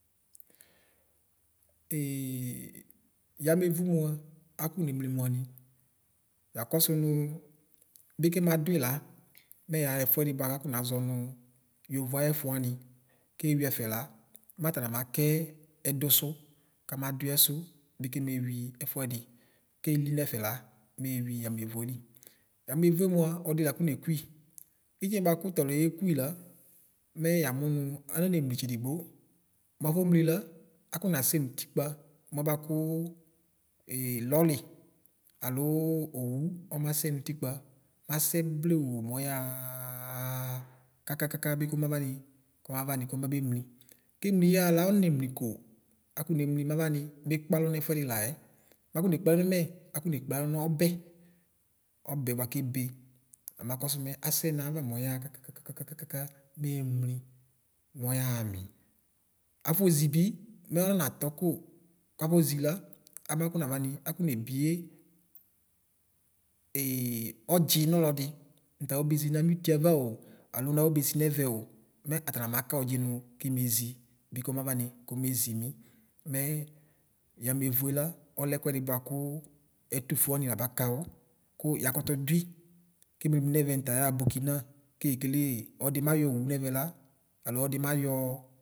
Yamʋvʋ mʋa akɔne nʋli mʋani yakɔsʋ nʋ bi kɛma dʋɩ la mɛ yaxafʋɛdi kafɔnazɔnʋ yovo ayɛfʋ wani kewi ɛfɛla matala makɛ ɛdʋsʋ kama dʋɛsʋ bikemewi ɛfʋɛdi keli nɛfɛla mewi yamevʋe li yamevʋe mʋa ɔlɔdi lakɔ nekui itiniɛ kʋ tɔliɛ yekʋi la mɛ yamʋ wʋ ananemli tsedigbo mʋ afɔmlila akɔnasɛ nʋ ʋtikpa mʋ amɛ bʋakʋ lɔli alo owʋ ɔmasɛ nʋ ʋtikpa masɛ blewʋ mɔyaxaaa kakaka bi kɔmaʋani kɔmabe nʋli kemli yaxala ananemli kʋ akɔnemli mavani mekpalɔ nɛfʋɛdi layɛ makɔnekpe alɔ nʋ mɛ akɔnekpe alɔ nɔbɛ ɔbɛ bʋakʋ ebe la makɔsʋ mɛ asɛ nayaʋa mɔyaxa kakakaka meemli mɔyaxami iafɔzibi mɛ ɔnanatɔ ko kafɔzi la akɔ navani akɔnebiɛ ɔdzi nɔlɔdi nʋtafɔbezi nami ʋtie ava o alo nafɔbezi nɛvɛ o mɛ atala maka ɔdzi nʋ kimezi bi kɔmaʋani kɔmezi wi mɛ yamevʋe la ɔlɛ ɛkʋɛdi kʋ ɛfʋeni wani kabaka wʋ kʋ yakʋ dʋi kɛme mli nɛmɛ nʋ tayaxa bʋkina kekele ɔdimayɔ owʋ la alo ɔdimayɔ.